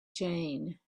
jane